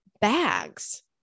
bags